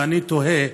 ואני תוהה